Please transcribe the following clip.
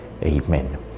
Amen